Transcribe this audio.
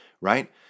right